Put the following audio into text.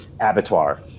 abattoir